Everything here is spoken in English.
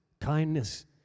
kindness